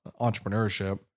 entrepreneurship